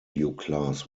class